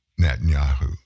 Netanyahu